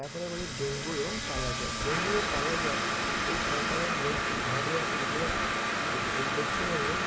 তারপরে বলি ডেঙ্গু এবং কালাজ্বর ডেঙ্গু ও কালাজ্বর এই সংক্রামক রোগটি ভারতবর্ষে বেশিভাগ এই এই পশ্চিমবঙ্গের